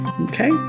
okay